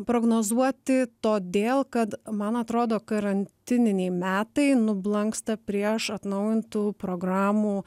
prognozuoti todėl kad man atrodo karantininiai metai nublanksta prieš atnaujintų programų